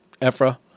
Ephra